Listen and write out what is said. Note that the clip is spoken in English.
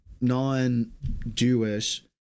non-Jewish